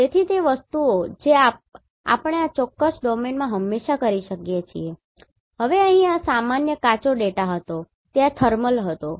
તેથી તે વસ્તુઓ જે આપણે આ ચોક્કસ ડોમેનમાં હંમેશાં કરી શકીએ છીએ હવે અહીં આ સામાન્ય કાચો ડેટા હતો જે આ થર્મલ હતો